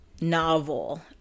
novel